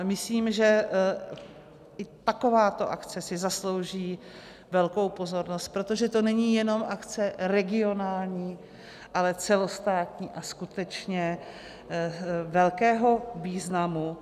Myslím, že i takováto akce si zaslouží velkou pozornost, protože to není jenom akce regionální, ale celostátní a skutečně velkého významu.